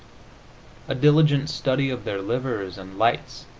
a diligent study of their livers and lights